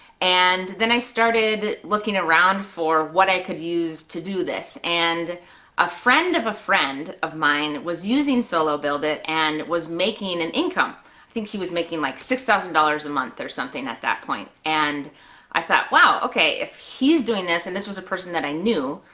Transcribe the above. and then i started looking around for what i could use to do this, and a friend of a friend of mine was using solo build it! and was making an income think he was making like six thousand dollars a month or something at that point. and i thought wow, okay, if he's doing this and this was a person that i knew,